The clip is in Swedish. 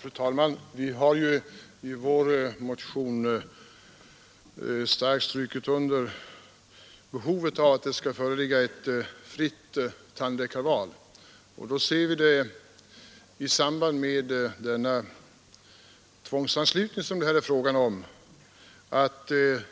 Fru talman! Vi har i vår motion starkt understrukit behovet av att ha ett fritt tandläkarval, och den tvångsanslutning som det här är fråga om är